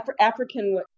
African